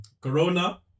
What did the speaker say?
Corona